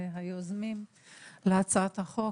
היוזמים להצעת החוק.